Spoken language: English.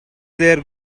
their